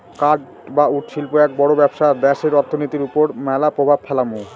কাঠ বা উড শিল্প এক বড় ব্যবসা দ্যাশের অর্থনীতির ওপর ম্যালা প্রভাব ফেলামু